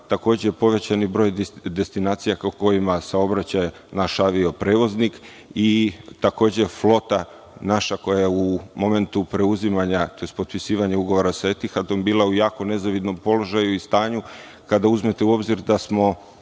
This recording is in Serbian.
Takođe, povećan je broj destinacija ka kojima saobraća naš avio prevoznik i takođe naša flota koja u momentu preuzimanja tj. potpisivanja ugovora sa Etihadom bila u jako nezavidnom položaju i stanju. Kada uzmete u obzir da smo